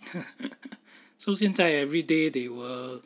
so 现在 everyday they will